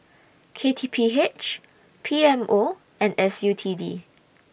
K T P H P M O and S U T D